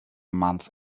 month